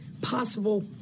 possible